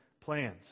plans